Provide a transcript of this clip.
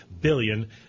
billion